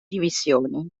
divisioni